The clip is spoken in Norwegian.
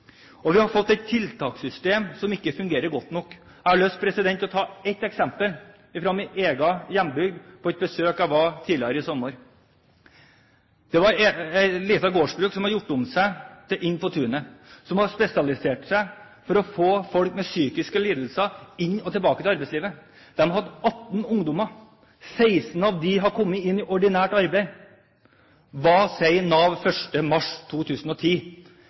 og vi har fått et tiltakssystem som ikke fungerer godt nok. Jeg har lyst til å ta et eksempel fra min egen hjembygd fra et besøk jeg var på tidligere i sommer. Det var et lite gårdsbruk som var gjort om til Inn på tunet, som hadde spesialisert seg på å få folk med psykiske lidelser tilbake til arbeidslivet. De hadde 18 ungdommer, 16 av dem hadde kommet inn i ordinært arbeid. Hva sier Nav 1. mars 2010?